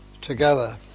together